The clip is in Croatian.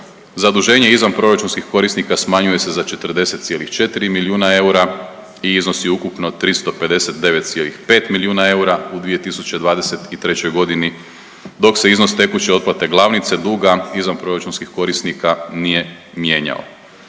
Zaduženje izvanproračunskih korisnika smanjuje se za 40,4 milijuna eura i iznosi ukupno 359,5 milijuna eura u 2023.g. dok se iznos tekuće otplate glavnice duga izvanproračunskih korisnika nije mijenjao.